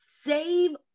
Save